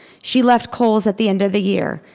she left coles at the end of the year.